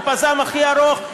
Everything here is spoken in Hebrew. עם הפז"מ הכי ארוך,